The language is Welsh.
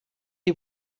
chi